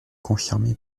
confirmée